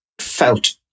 felt